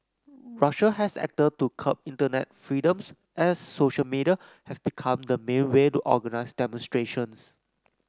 Russia has acted to curb internet freedoms as social media have become the main way to organnize demonstrations